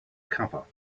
cover